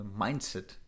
mindset